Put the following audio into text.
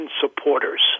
supporters